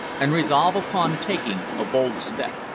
and resolve upon taking a bold step.